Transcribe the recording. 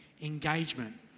engagement